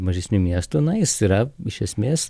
mažesnių miestų na jis yra iš esmės